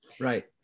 Right